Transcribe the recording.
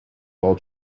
well